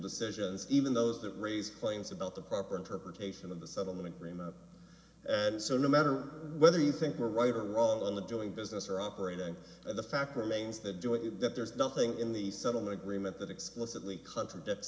decisions even those that raise claims about the proper interpretation of the settlement agreement and so no matter whether you think we're right or wrong on the doing business or operating and the fact remains that doing that there is nothing in the settlement agreement that explicitly contradicts